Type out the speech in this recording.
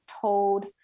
told